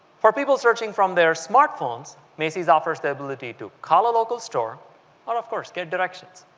for people searching from their smartphones, macy's offers the ability to call a local store and of course get directions.